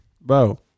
Bro